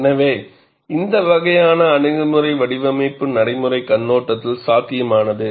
எனவே இந்த வகையான அணுகுமுறை வடிவமைப்பு நடைமுறைக் கண்ணோட்டத்தில் சாத்தியமானது